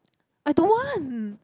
I don't want